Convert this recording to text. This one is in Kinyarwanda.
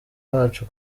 bacu